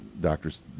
Doctors